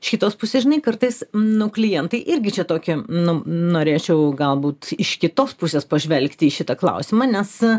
šitos pusės žinai kartais nu klijentai irgi čia toki nu norėčiau galbūt iš kitos pusės pažvelgti į šitą klausimą nes